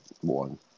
one